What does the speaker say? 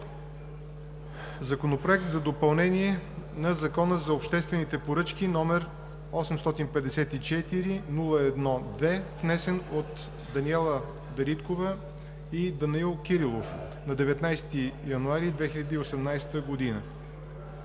Законопроект за допълнение на Закона за обществените поръчки, № 854-01-2, внесен от Даниела Дариткова и Данаил Кирилов на 19 януари 2018 г.